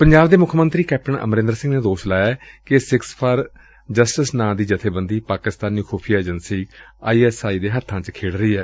ਪੰਜਾਬ ਦੇ ਮੁੱਖ ਮੰਤਰੀ ਕੈਪਟਨ ਅਮਰਿੰਦਰ ਸਿੰਘ ਨੇ ਦੋਸ਼ ਲਾਇਐ ਕਿ ਸਿਖਜ਼ ਫਾਰ ਜਸਟਿਸ ਨਾਂਅ ਦੀ ਜਥੇਬੰਦੀ ਪਾਕਿਸਤਾਨੀ ਖੁਫੀਆ ਏਜੰਸੀ ਆਈ ਐਸ ਆਈ ਦੇ ਹੱਬਾਂ ਚ ਖੇਡ ਰਹੀ ਏ